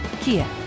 Kia